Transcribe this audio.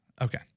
Okay